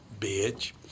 bitch